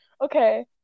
okay